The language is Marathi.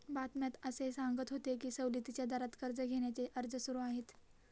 बातम्यात असे सांगत होते की सवलतीच्या दरात कर्ज घेण्याचे अर्ज सुरू आहेत